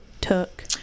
took